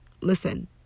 listen